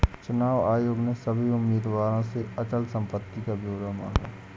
चुनाव आयोग ने सभी उम्मीदवारों से अचल संपत्ति का ब्यौरा मांगा